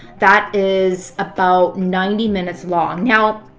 that is about ninety minutes long. now,